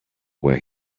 where